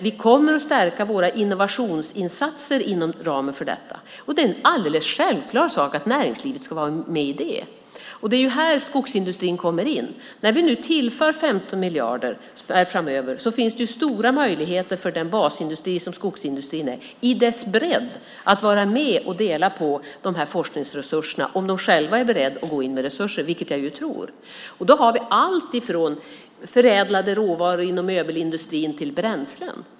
Vi kommer att stärka våra innovationsinsatser inom ramen för detta. Det är en alldeles självklar sak att näringslivet ska vara med i det. Här kommer skogsindustrin in. När vi tillför 15 miljarder finns det stora möjligheter för den basindustri som skogsindustrin är att med sin bredd vara med och dela på dessa forskningsresurser - så länge man själv är beredd att gå in med resurser, vilket jag tror att man är. Vi har allt från förädlade råvaror inom möbelindustrin till bränslen.